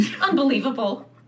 Unbelievable